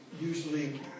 Usually